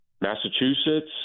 Massachusetts